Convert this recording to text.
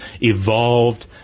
evolved